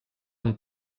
amb